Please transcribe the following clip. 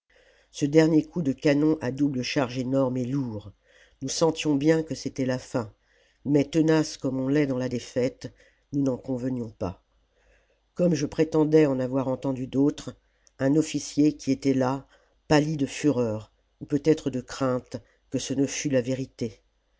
ce dernier coup de canon à double charge énorme et lourd nous sentions bien que c'était la fin mais tenaces comme on l'est dans la défaite nous n'en convenions pas comme je prétendais en avoir entendu d'autres un officier qui était là pâlit de fureur ou peut-être de crainte que ce ne fût la vérité